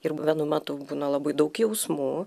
ir vienu metu būna labai daug jausmų